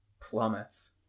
plummets